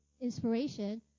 inspiration